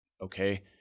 Okay